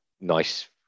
nice